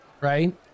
right